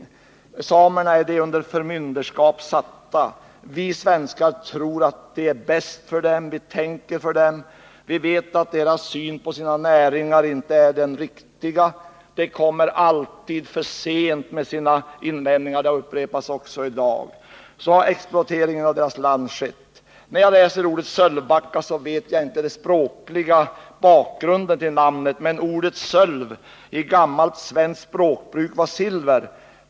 Samerna är de under förmynderskap satta. Vi rikssvenskar tror ”att det är bäst för dem” — vi tänker för dem och vi vet att deras syn på de egna näringarna inte är den riktiga. De kommer alltid ”för sent” med sina invändningar, något som också i dag återigen har framhållits. På det sättet har exploateringen av deras land gått till. Jag känner inte till den språkliga bakgrunden till namnet Sölvbacka, men det påminner om att ordet ”sölf” i gammalt språkbruk betydde silver.